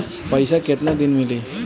पैसा केतना दिन में मिली?